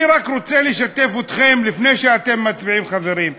אני רק רוצה לשתף אתכם, לפני שאתם מצביעים, חברים.